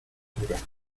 altura